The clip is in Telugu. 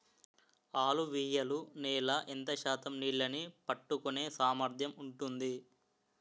అలువియలు నేల ఎంత శాతం నీళ్ళని పట్టుకొనే సామర్థ్యం ఉంటుంది?